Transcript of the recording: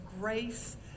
grace